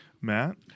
matt